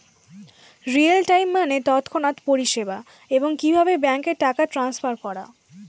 real time মানে তৎক্ষণাৎ পরিষেবা, এবং কিভাবে ব্যাংকে টাকা ট্রান্সফার করা